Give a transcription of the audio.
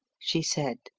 she said.